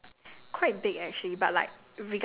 ya it's thirty something dollars eh